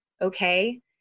okay